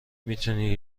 میتونی